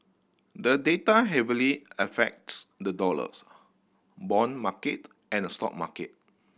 the data heavily affects the dollars bond market and stock market